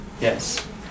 Yes